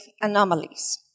anomalies